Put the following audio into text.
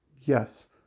yes